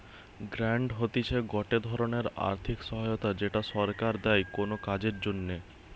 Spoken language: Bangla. গ্রান্ট হতিছে গটে ধরণের আর্থিক সহায়তা যেটা সরকার দেয় কোনো কাজের জন্যে